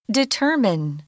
determine